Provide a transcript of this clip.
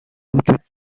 وجود